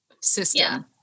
system